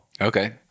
Okay